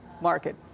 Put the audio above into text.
market